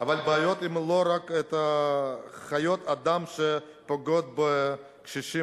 אבל הבעיות הן לא רק חיות האדם שפוגעות בקשישים,